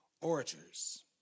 orators